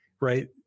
right